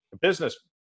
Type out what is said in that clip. business